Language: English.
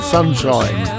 Sunshine